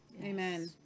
Amen